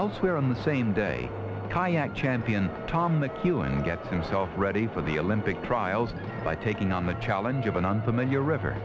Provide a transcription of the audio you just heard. elsewhere on the same day kayak champion tom mckeown gets himself ready for the olympic trials by taking on the challenge of an unfamiliar river